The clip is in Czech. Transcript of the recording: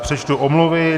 Přečtu omluvy.